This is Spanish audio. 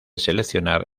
seleccionar